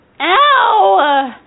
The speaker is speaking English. Ow